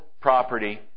property